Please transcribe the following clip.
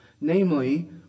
Namely